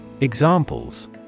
Examples